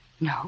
No